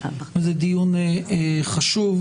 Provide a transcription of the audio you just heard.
זה דיון חשוב.